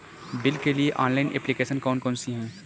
Bill के लिए online application कौन कौन सी हैं?